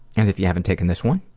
and if you haven't taken this one,